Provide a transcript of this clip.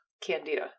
Candida